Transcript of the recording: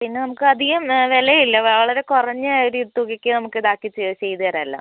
പിന്നെ നമുക്ക് അധികം വിലയില്ല വളരെ കുറഞ്ഞ ഒരു തുകയ്ക്ക് നമുക്ക് ഇതാക്കി ചെയ് ചെയ്ത് തരാം എല്ലാം